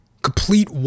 Complete